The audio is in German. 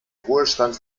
ruhestand